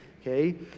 okay